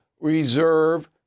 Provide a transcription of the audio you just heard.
reserve